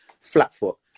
Flatfoot